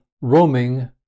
roaming